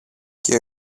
και